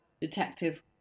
detective